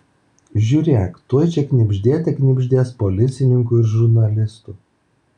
žiūrėk tuoj čia knibždėte knibždės policininkų ir žurnalistų